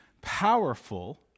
powerful